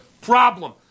problem